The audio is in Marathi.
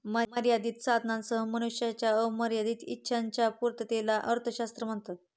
मर्यादित साधनांसह मनुष्याच्या अमर्याद इच्छांच्या पूर्ततेला अर्थशास्त्र म्हणतात